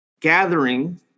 gathering